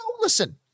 Listen